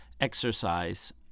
exercise